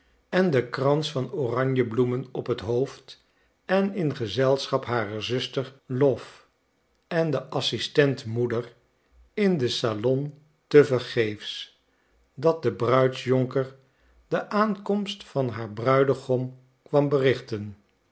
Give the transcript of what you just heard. en den krans van oranjebloemen op het hoofd en in gezelschap harer zuster lwof en de assistent moeder in het salon te vergeefs dat de bruidsjonker de aankomst van haar bruidegom kwam berichten